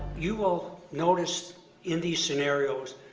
you all noticed in these scenarios,